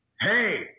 hey